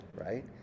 right